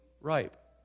ripe